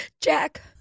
Jack